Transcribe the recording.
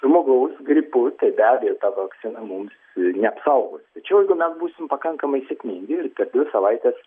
žmogaus gripu tai be abejo ta vakcina mums neapsaugos tačiau jeigu mes būsim pakankamai sėkmingi ir per dvi savaites